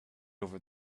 over